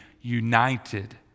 united